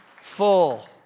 full